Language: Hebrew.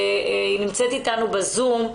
היא נמצאת אתנו בזום.